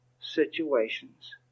situations